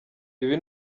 ibi